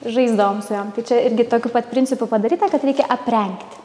žaisdavom su jom tai čia irgi tokiu pat principu padaryta kad reikia aprengt